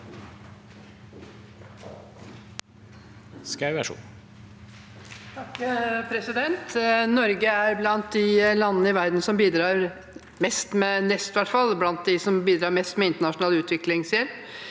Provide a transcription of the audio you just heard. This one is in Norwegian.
Norge er blant de lan- dene i verden som bidrar mest med internasjonal utviklingshjelp,